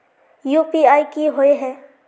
UPI की होय है?